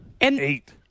Eight